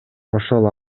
ошол